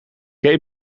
gay